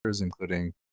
including